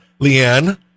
Leanne